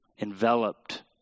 enveloped